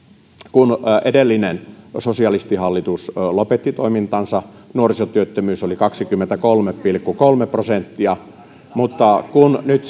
kun edellinen sosialistihallitus lopetti toimintansa nuorisotyöttömyys oli kaksikymmentäkolme pilkku kolme prosenttia mutta kun nyt